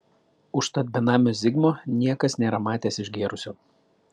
užtat benamio zigmo niekas nėra matęs išgėrusio